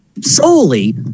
solely